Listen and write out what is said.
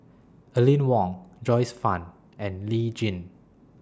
Aline Wong Joyce fan and Lee Tjin